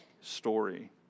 story